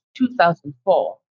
2004